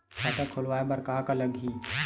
खाता खुलवाय बर का का लगही?